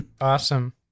Awesome